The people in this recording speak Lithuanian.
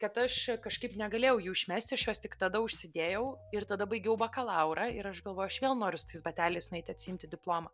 kad aš a kažkaip negalėjau jų išmest aš juos tik tada užsidėjau ir tada baigiau bakalaurą ir aš galvoj aš vėl noriu su tais bateliais nueit atsiimti diplomą